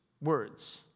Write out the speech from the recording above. words